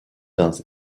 dans